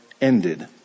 ended